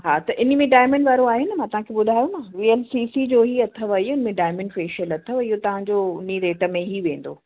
हा त इन्हीअ में डायमंड वारो आहे न मां तव्हां खे ॿुधायो न वी एल सी सी जो हीउ अथव इहो हिन में डायमंड फ़ेशियल अथव इहो तव्हां जो उन्हीअ रेट में ई वेंदो